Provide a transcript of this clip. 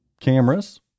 cameras